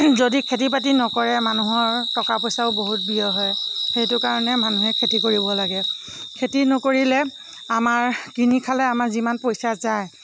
যদি খেতি বাতি নকৰে মানুহৰ টকা পইচাও বহুত ব্যয় হয় সেইটোৰ কাৰণে মানুহে খেতি কৰিব লাগে খেতি নকৰিলে আমাৰ কিনি খালে আমাৰ যিমান পইচা যায়